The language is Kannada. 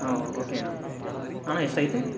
ಹಾಂ ಓಕೆ ಅಣ್ಣ ಅಣ್ಣಾ ಎಷ್ಟಾಯಿತು